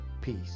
Peace